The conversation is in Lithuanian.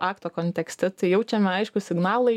akto kontekste tai jaučiame aiškūs signalai